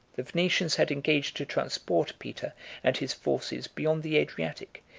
the venetians had engaged to transport peter and his forces beyond the adriatic,